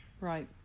Right